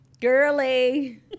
Girly